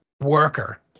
worker